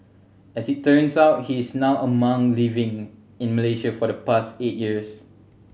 as it turns out he is now a monk living in Malaysia for the past eight years